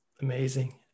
Amazing